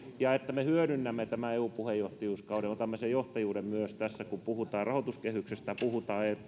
ja että me hyödynnämme tämän eu puheenjohtajuuskauden otamme sen johtajuuden myös tässä kun puhutaan rahoituskehyksestä puhutaan